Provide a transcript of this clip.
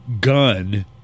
gun